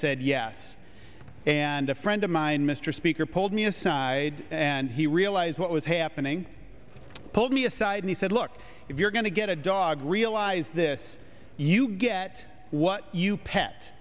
said yes and a friend of mine mr speaker pulled me aside and he realized what was happening pulled me aside and said look if you're going to get a dog realize this you get what you pet